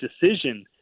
decision